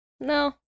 No